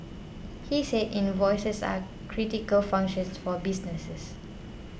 he said invoices are critical functions for businesses